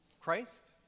Christ